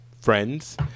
Friends